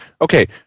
okay